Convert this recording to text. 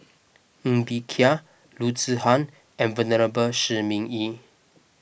Ng Bee Kia Loo Zihan and Venerable Shi Ming Yi